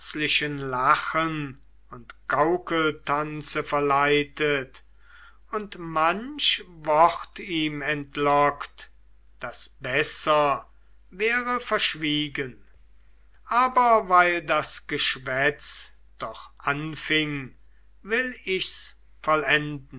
lachen und gaukeltanze verleitet und manch wort ihm entlockt das besser wäre verschwiegen aber weil das geschwätz doch anfing will ich's vollenden